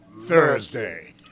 Thursday